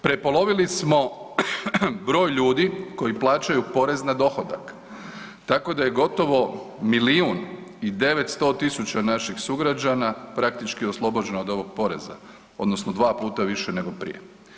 Prepolovili smo broj ljudi koji plaćaju porez na dohodak tako da je gotovo milijun i 900 tisuća naših sugrađana praktički oslobođeno od ovog poreza odnosno 2 puta više nego prije.